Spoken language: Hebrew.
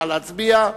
נא להצביע.